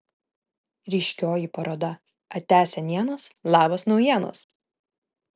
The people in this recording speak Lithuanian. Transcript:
ryškioji paroda atia senienos labas naujienos